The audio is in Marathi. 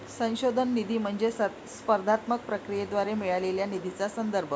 संशोधन निधी म्हणजे स्पर्धात्मक प्रक्रियेद्वारे मिळालेल्या निधीचा संदर्भ